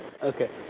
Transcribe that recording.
Okay